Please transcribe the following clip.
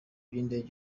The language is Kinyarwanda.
by’indege